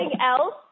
else